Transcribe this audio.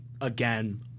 again